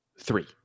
three